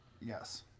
Yes